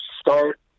start